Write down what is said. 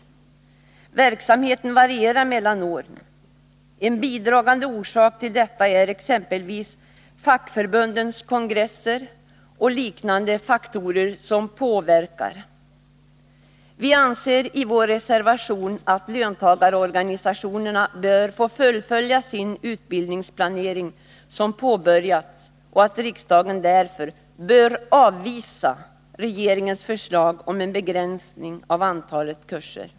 Verksamheten varierar mellan olika år. En bidragande orsak till detta är exempelvis fackförbundens kongresser och liknande påverkande faktorer. Vi anser i vår reservation att löntagarorganisationerna bör få fullfölja den utbildningsplanering som de har påbörjat och att riksdagen därför bör avvisa regeringens förslag om en begränsning av antalet kurser.